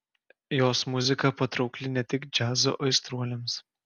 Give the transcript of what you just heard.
jos muzika patraukli ne tik džiazo aistruoliams